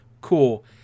Cool